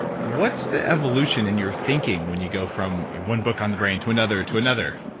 what's the evolution in your thinking when you go from one book on the brain to another to another?